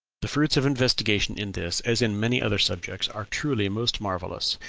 the fruits of investigation in this, as in many other subjects, are truly most marvellous.